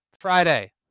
Friday